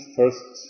first